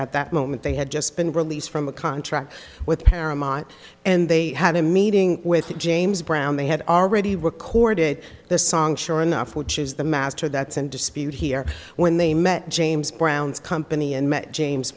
at that moment they had just been released from a contract with paramount and they had a meeting with james brown they had already recorded the song sure enough which is the master that's in dispute here when they met james brown's company